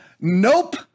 Nope